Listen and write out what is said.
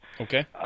Okay